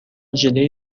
ژله